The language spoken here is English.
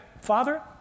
Father